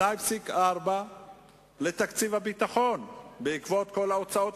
שיביא בחשבון שיש היום עולם שהוא יותר מגוון ממה שהיה.